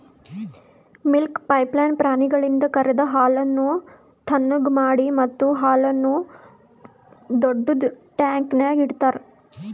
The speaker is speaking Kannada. ಮಿಲ್ಕ್ ಪೈಪ್ಲೈನ್ ಪ್ರಾಣಿಗಳಿಂದ ಕರೆದ ಹಾಲನ್ನು ಥಣ್ಣಗ್ ಮಾಡಿ ಮತ್ತ ಹಾಲನ್ನು ದೊಡ್ಡುದ ಟ್ಯಾಂಕ್ನ್ಯಾಗ್ ಇಡ್ತಾರ